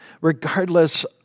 regardless